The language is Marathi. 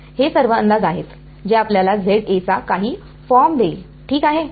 हे सर्व अंदाज आहेत जे आपल्याला चा काही फॉर्म देईल ठीक आहे